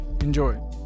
enjoy